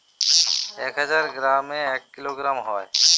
এক হাজার গ্রামে এক কিলোগ্রাম হয়